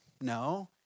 No